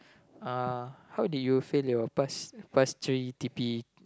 uh how did you failed your passed passed three t_p